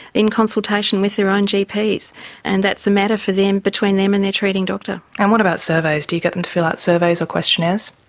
in consultation with their own gps. and that's a matter for them, between them and their treating doctor. and what about surveys? do you get them to fill out surveys or questionnaires?